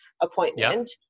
appointment